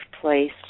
place